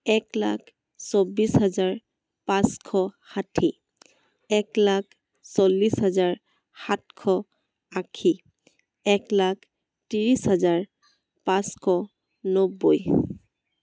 এক লাখ চৌব্বিছ হাজাৰ পাঁচশ ষাঠি এক লাখ চল্লিছ হাজাৰ সাতশ আশী এক লাখ ত্ৰিছ হাজাৰ পাঁচশ নব্বৈ